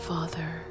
Father